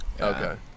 Okay